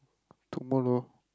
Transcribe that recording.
tomorrow